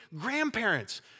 grandparents